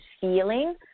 feeling